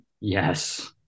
Yes